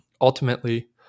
Ultimately